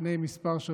לפני כמה שבועות,